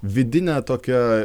vidinę tokią